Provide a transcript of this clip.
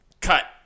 cut